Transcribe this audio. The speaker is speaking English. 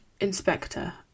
inspector